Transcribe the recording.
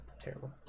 terrible